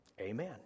Amen